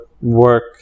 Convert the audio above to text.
work